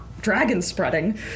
dragon-spreading